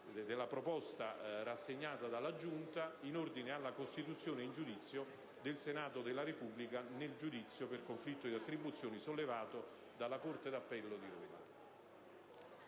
della proposta rassegnata dalla Giunta in ordine alla costituzione in giudizio del Senato della Repubblica nel giudizio per conflitto di attribuzione sollevato dalla Corte d'appello di Roma.